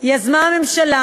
יזמה הממשלה,